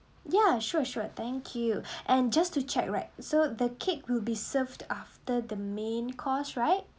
ya sure sure thank you and just to check right so the cake will be served after the main course right